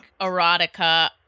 erotica